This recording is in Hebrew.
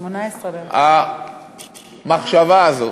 המחשבה הזאת,